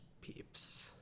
peeps